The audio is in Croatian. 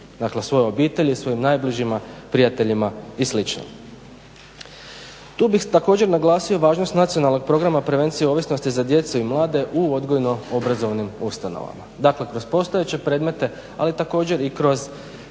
Dakle, svojoj obitelji, svojim najbližima, prijateljima i slično. Tu bih također naglasio važnost Nacionalnog programa prevencije ovisnosti za djecu i mlade u odgojno-obrazovnim ustanovama. Dakle, kroz postojeće predmete ali također i kroz